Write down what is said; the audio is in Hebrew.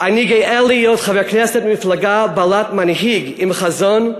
אני גאה להיות חבר כנסת ממפלגה בעלת מנהיג עם חזון,